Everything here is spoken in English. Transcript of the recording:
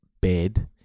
bed